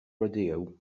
rodeo